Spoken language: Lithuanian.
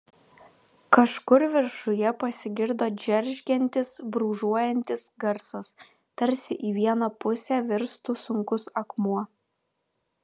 kažkur viršuje pasigirdo džeržgiantis brūžuojantis garsas tarsi į vieną pusę virstų sunkus akmuo